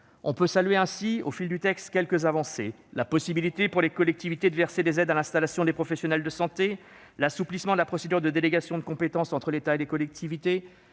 On peut saluer ainsi, au fil du texte, quelques avancées : la possibilité pour les collectivités de verser des aides à l'installation des professionnels de santé ; l'assouplissement de la procédure de délégation de compétences entre l'État et les collectivités